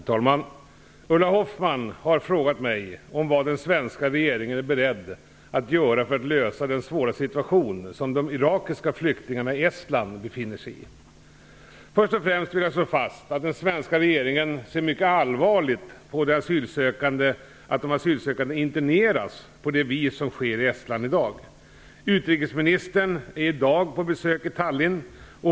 Herr talman! Ulla Hoffman har frågat mig vad den svenska regeringen är beredd att göra för att lösa den svåra situation som de irakiska flyktingarna i Estland befinner sig i. Först och främst vill jag slå fast att den svenska regeringen ser mycket allvarligt på att de asylsökande interneras på det vis som sker i Estland i dag. Utrikesministern är i dag på besök i Tallinn.